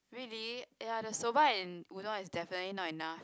really ya the soba and udon is definitely not enough